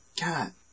God